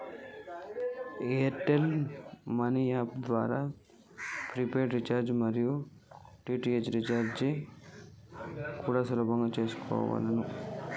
air tell money app ద్వారా prepaid recharge మరియు DTH recharge కూడా సులభంగా చేసుకోవాలే